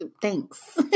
Thanks